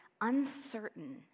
uncertain